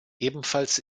ebenfalls